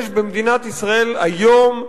יש במדינת ישראל היום,